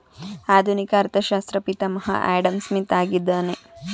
ಆಧುನಿಕ ಅರ್ಥಶಾಸ್ತ್ರ ಪಿತಾಮಹ ಆಡಂಸ್ಮಿತ್ ಆಗಿದ್ದಾನೆ